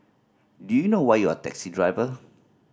do you know why you're a taxi driver